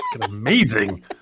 Amazing